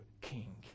king